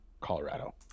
Colorado